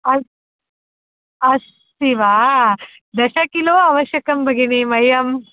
अस्ति अस्ति वा दश किलो आवश्यकं भगिनि मह्यं